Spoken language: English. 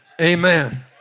Amen